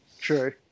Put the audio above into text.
True